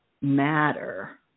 matter